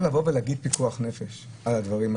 לבוא ולהגיד פיקוח נפש על הדברים האלה?